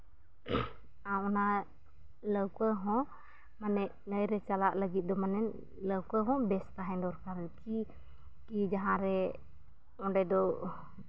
ᱟᱨ ᱚᱱᱟ ᱞᱟᱹᱣᱠᱟᱹ ᱦᱚᱸ ᱢᱟᱱᱮ ᱱᱟᱹᱭ ᱨᱮ ᱪᱟᱞᱟᱜ ᱞᱟᱹᱜᱤᱫ ᱫᱚ ᱢᱟᱱᱮ ᱞᱟᱹᱣᱠᱟᱹ ᱦᱚᱸ ᱵᱮᱥ ᱛᱟᱦᱮᱸ ᱫᱚᱨᱠᱟᱨ ᱠᱤ ᱡᱟᱦᱟᱸ ᱨᱮ ᱚᱸᱰᱮ ᱫᱚ